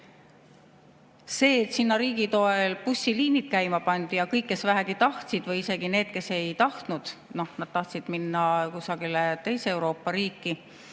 See, et sinna riigi toel bussiliinid käima pandi ja kõik, kes vähegi tahtsid, või isegi need, kes ei tahtnud – nad tahtsid minna kusagile teise Euroopa riiki